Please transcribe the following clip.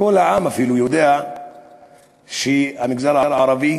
כל העם, אפילו, יודע שהמגזר הערבי